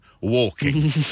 walking